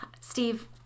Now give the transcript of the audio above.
Steve